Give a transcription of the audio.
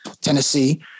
Tennessee